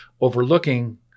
overlooking